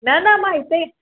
न न मां हिते ई